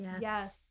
Yes